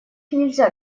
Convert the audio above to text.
нельзя